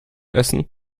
essen